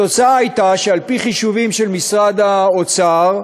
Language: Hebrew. התוצאה הייתה שעל-פי חישובים של משרד האוצר,